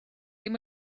ddim